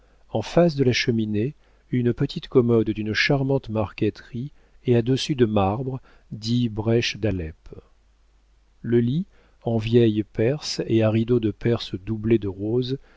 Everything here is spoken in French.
en face de la cheminée une petite commode d'une charmante marqueterie et à dessus de marbre dit brèche d'alep le lit en vieille perse et à rideaux de perse doublés de rose